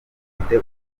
gifite